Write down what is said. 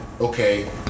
okay